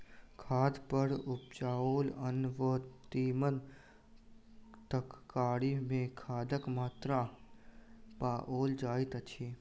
खाद पर उपजाओल अन्न वा तीमन तरकारी मे खादक मात्रा पाओल जाइत अछि